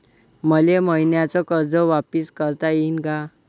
मले मईन्याचं कर्ज वापिस करता येईन का?